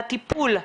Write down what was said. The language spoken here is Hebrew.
הטיפול,